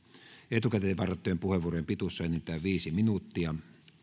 etukäteen varattujen puheenvuorojen pituus on enintään viisi minuuttia